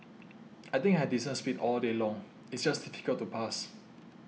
I think I had decent speed all day long it's just difficult to pass